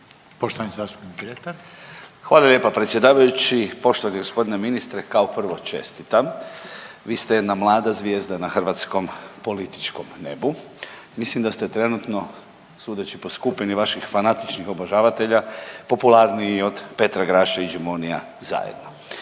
**Dretar, Davor (DP)** Hvala lijepa predsjedavajući, poštovani gospodine ministre. Kao prvo čestitam, vi ste jedna mlada zvijezda na hrvatskom političkom nebu. Mislim da ste trenutno sudeći po skupini vaših fanatičnih obožavatelja popularniji od Petra Graše i Gibonija zajedno.